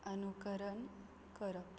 अनुकरण करप